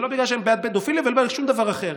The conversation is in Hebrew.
ולא בגלל שהם בעד פדופיליה ולא שום דבר אחר,